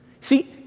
see